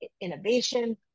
innovation